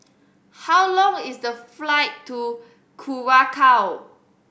how long is the flight to Curacao